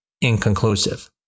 inconclusive